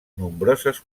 nombroses